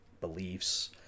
beliefs